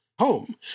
home